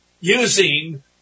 using